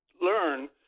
learn